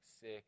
sick